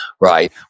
right